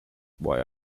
why